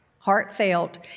heartfelt